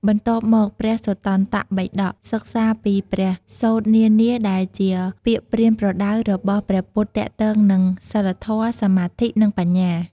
បន្ទាប់មក ព្រះសុត្តន្តបិដក សិក្សាពីព្រះសូត្រនានាដែលជាពាក្យប្រៀនប្រដៅរបស់ព្រះពុទ្ធទាក់ទងនឹងសីលធម៌ សមាធិ និងបញ្ញា។